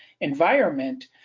environment